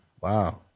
Wow